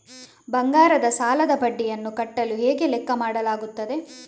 ಬಂಗಾರದ ಸಾಲದ ಬಡ್ಡಿಯನ್ನು ಕಟ್ಟಲು ಹೇಗೆ ಲೆಕ್ಕ ಮಾಡಲಾಗುತ್ತದೆ?